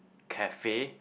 cafe